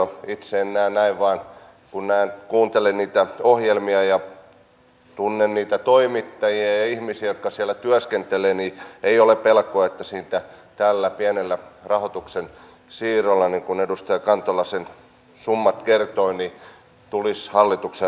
itse en näe näin vaan kun kuuntelen niitä ohjelmia ja tunnen niitä toimittajia ja ihmisiä jotka siellä työskentelevät niin ei ole pelkoa että siitä tällä pienellä rahoituksen siirrolla niin kuin edustaja kantola ne summat kertoi tulisi hallituksen radio